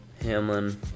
Hamlin